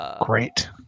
Great